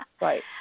Right